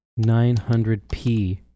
900p